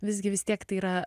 visgi vis tiek tai yra